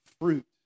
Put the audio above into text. fruit